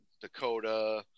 Dakota